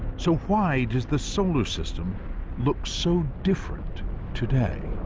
so why does the solar system look so different today?